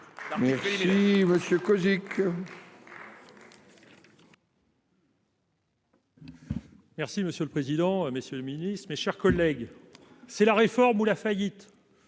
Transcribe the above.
Merci monsieur le président, Monsieur le Ministre, mes chers collègues. C'est la réforme ou la faillite.